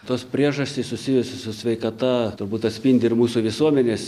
tos priežastys susijusios su sveikata turbūt atspindi ir mūsų visuomenės